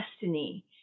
destiny